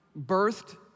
birthed